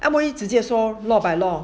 M_O_E 直接说 law by law